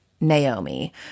Naomi